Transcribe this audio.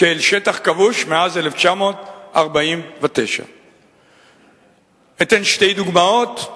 כאל שטח כבוש מאז 1949. אתן שתי דוגמאות.